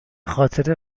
خاطر